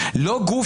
לא גוף